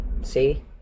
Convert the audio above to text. see